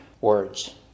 words